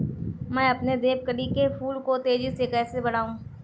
मैं अपने देवकली के फूल को तेजी से कैसे बढाऊं?